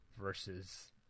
versus